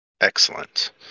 Excellent